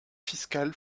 fiscal